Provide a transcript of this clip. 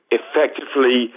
effectively